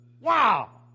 Wow